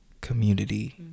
community